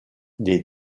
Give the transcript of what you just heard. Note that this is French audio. des